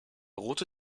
rote